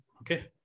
Okay